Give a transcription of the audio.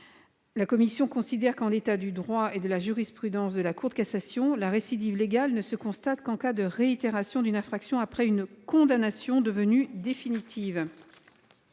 : elle considère que, en l'état actuel du droit et de la jurisprudence de la Cour de cassation, la récidive légale ne se constate qu'en cas de réitération d'une infraction après une condamnation devenue définitive,